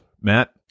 Matt